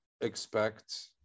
expect